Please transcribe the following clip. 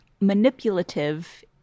manipulative